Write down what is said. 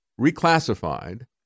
reclassified